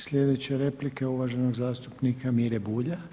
Sljedeća replika je uvaženog zastupnika Mire Bulja.